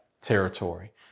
territory